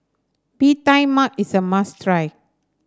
Bee Tai Mak is a must try